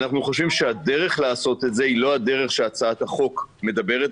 אנחנו חושבים שהדרך לעשות את זה היא לא הדרך שהצעת החוק מדברת